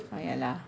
ah ya lah